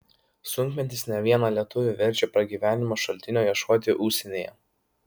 sunkmetis ne vieną lietuvį verčia pragyvenimo šaltinio ieškoti užsienyje